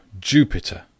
Jupiter